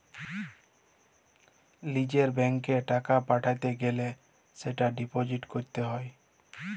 লিজের ব্যাঙ্কত এ টাকা পাঠাতে গ্যালে সেটা ডিপোজিট ক্যরত হ্য়